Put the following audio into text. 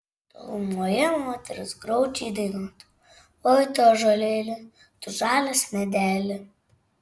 tolumoje moteris graudžiai dainuotų oi tu ąžuolėli tu žalias medeli